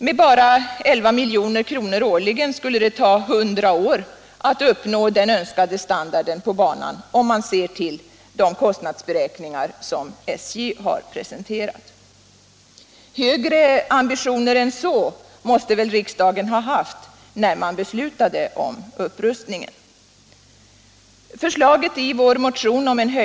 Med endast 11 milj.kr. årligen skulle det ta 100 år att uppnå den önskade standarden på banan, om man ser till de kostnadsberäkningar som SJ har presenterat. Högre ambitioner än så måste väl riksdagen ha haft när man beslutade om upprustningen.